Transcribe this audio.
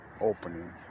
opening